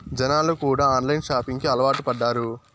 జనాలు కూడా online shopping కి అలవాటు పడ్డారు